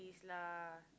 please lah